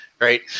right